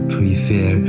prefer